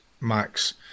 Max